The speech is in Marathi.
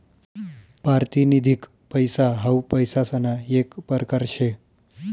पारतिनिधिक पैसा हाऊ पैसासना येक परकार शे